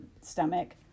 stomach